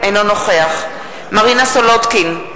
אינו נוכח מרינה סולודקין,